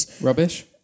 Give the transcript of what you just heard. rubbish